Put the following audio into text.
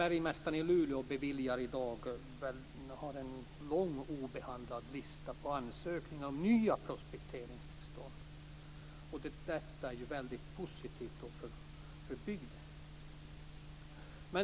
Bergmästaren i Luleå har i dag en lång lista på obehandlade ansökningar om nya prospekteringstillstånd. Detta är väldigt positivt för bygden.